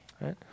right